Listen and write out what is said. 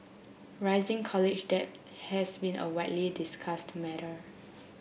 rising college debt has been a widely discussed matter